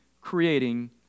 creating